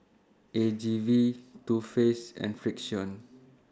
A G V Too Faced and Frixion